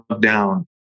down